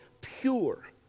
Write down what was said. pure